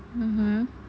mm mm